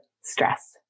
stress